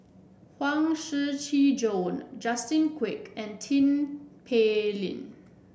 Huang Shiqi Joan Justin Quek and Tin Pei Ling